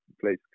place